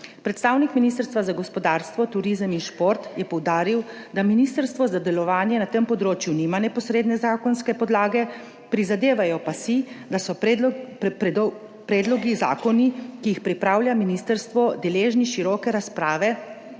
Predstavnik Ministrstva za gospodarstvo, turizem in šport je poudaril, da ministrstvo za delovanje na tem področju nima neposredne zakonske podlage, prizadevajo pa si, da so predlogi zakoni, ki jih pripravlja ministrstvo, deležni široke razprave